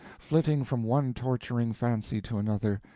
flitting from one torturing fancy to another,